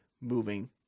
moving